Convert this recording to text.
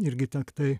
irgi tektai